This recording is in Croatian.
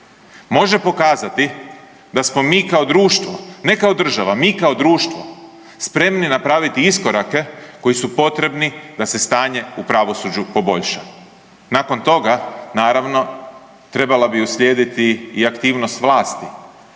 može pokazati da smo mi kao društvo, ne kao država, mi kao društvo, spremni napraviti iskorake koji su potrebni da se stanje u pravosuđu poboljša. Nakon toga, naravno, trebala bi uslijediti i aktivnost vlasti,